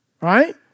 Right